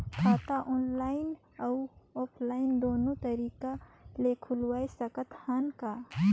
खाता ऑनलाइन अउ ऑफलाइन दुनो तरीका ले खोलवाय सकत हन का?